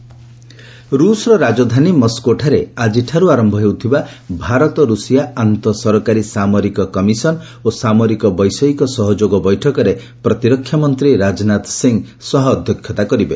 ରାଜନାଥ ସିଂହ ରୁଷର ରାଜଧାନୀ ମସ୍କୋଠାରେ ଆଜ୍ଜିଠାରୁ ଆରମ୍ଭ ହେଉଥିବା ଭାରତ ରଷିଆ ଆନ୍ତଃ ସରକାରୀ ସାମରିକ କମିଶନ୍ ଓ ସାମରିକ ବୈଷୟିକ ସହଯୋଗ ବୈଠକରେ ପ୍ରତିରକ୍ଷା ମନ୍ତ୍ରୀ ରାଜନାଥ ସିଂହ ସହ ଅଧ୍ୟକ୍ଷତା କରିବେ